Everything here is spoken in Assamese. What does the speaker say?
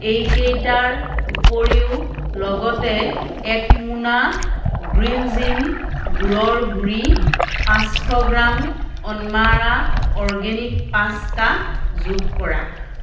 এইকেইটাৰ উপৰিও লগতে এক মোনা গ্ৰীনজ্ ইন গুড়ৰ গুড়ি পাঁচশ গ্ৰাম অন্মাৰা অৰ্গেনিক পাষ্টা যোগ কৰা